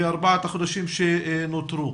בארבעת החודשים שנותרו.